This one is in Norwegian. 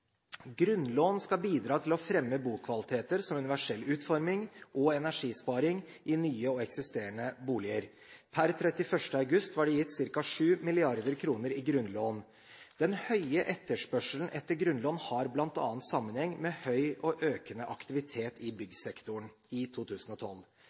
Grunnlån skal bidra til å fremme bokvaliteter som universell utforming og energisparing i nye og eksisterende boliger. Per 31. august var det gitt ca. 7 mrd. kr i grunnlån. Den høye etterspørselen etter grunnlån har bl.a. sammenheng med høy og økende aktivitet i